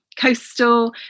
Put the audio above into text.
coastal